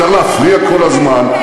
אפשר להפריע כל הזמן,